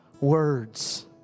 words